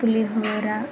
పులిహోరా